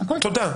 תודה.